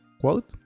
quote